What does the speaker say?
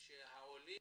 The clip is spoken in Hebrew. שהעולים